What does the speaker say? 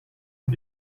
het